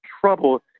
trouble